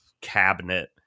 cabinet